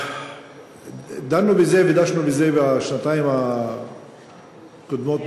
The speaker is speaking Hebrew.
דנו בזה ודשנו בזה בשנתיים הקודמות,